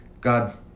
God